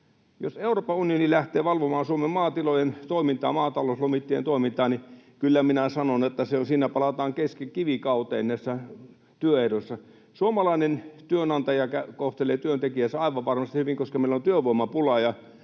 Jos Euroopan unioni lähtee valvomaan Suomen maatilojen toimintaa, maatalouslomittajien toimintaa, niin kyllä minä sanon, että siinä palataan kivikauteen näissä työehdoissa. Suomalainen työnantaja kohtelee työntekijäänsä aivan varmasti hyvin, koska meillä on työvoimapula